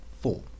Four